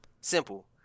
Simple